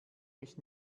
mich